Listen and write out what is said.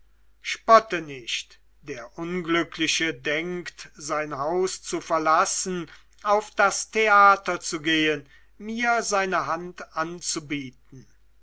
spotte nicht der unglückliche denkt sein haus zu verlassen auf das theater zu gehen mir seine hand anzubieten